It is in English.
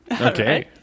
Okay